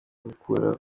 gukura